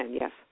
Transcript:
yes